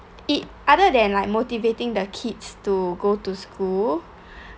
it other than like motivating the kids to go to school